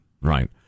right